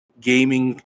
gaming